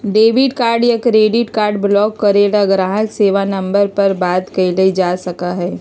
debit card या credit card block करे ला ग्राहक सेवा नंबर पर बात कइल जा सका हई